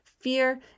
fear